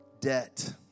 debt